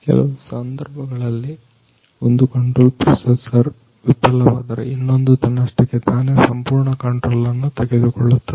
ಕೆಲವು ಸಂದರ್ಭದಲ್ಲಿ ಒಂದು ಕಂಟ್ರೋಲ್ ಪ್ರೊಸೆಸರ್ ವಿಫಲವಾದರೆ ಇನ್ನೊಂದು ತನ್ನಷ್ಟಕ್ಕೆ ತಾನೇ ಸಂಪೂರ್ಣ ಕಂಟ್ರೋಲ್ ಅನ್ನು ತೆಗೆದುಕೊಳ್ಳುತ್ತದೆ